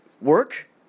work